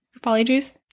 polyjuice